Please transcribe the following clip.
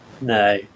No